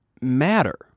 matter